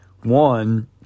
one